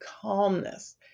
calmness